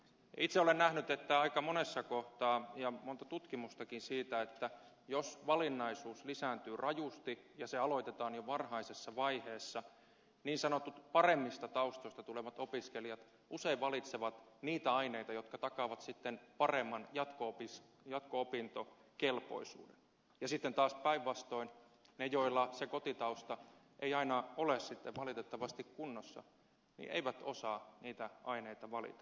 itse olen nähnyt aika monessa kohtaa ja monta tutkimustakin siitä että jos valinnaisuus lisääntyy rajusti ja se aloitetaan jo varhaisessa vaiheessa niin sanotut paremmista taustoista tulevat opiskelijat usein valitsevat niitä aineita jotka takaavat sitten paremman jatko opintokelpoisuuden ja sitten taas päinvastoin ne joilla se kotitausta ei aina ole valitettavasti kunnossa eivät osaa niitä aineita valita